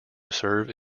serve